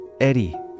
Eddie